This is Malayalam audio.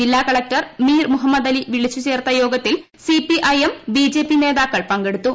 ജില്ലാ കലക്ടർ മീർ മുഹമ്മദലി വിളിച്ചു ചേർത്തു യോഗത്തിൽ C P I M B J P നേതാക്കൾ പ്പങ്കെടുത്തു